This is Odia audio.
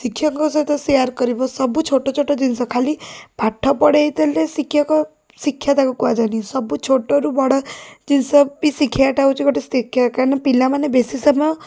ଶିକ୍ଷକଙ୍କ ସହିତ ସେୟାର୍ କରିବ ସବୁ ଛୋଟଛୋଟ ଜିନିଷ ଖାଲି ପାଠ ପଢ଼େଇ ଦେଲେ ଶିକ୍ଷକ ଶିକ୍ଷା ତାକୁ କୁହାଯାଏନି ସବୁ ଛୋଟରୁ ବଡ଼ ଜିନିଷଟା ବି ଶିଖେଇବାଟା ହେଉଛି ଗୋଟେ ଶିକ୍ଷା କାଇଁକିନା ପିଲାମାନେ ବେଶୀ ସମୟ